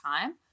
time